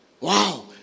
Wow